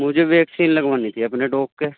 مجھے ویکسین لگوانی تھی اپنے ڈوگ کے